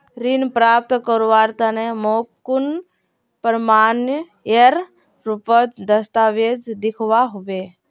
ऋण प्राप्त करवार तने मोक कुन प्रमाणएर रुपोत दस्तावेज दिखवा होबे?